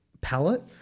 palette